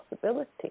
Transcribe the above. possibility